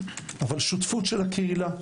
אבל שותפות של הקהילה.